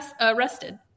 arrested